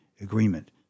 agreement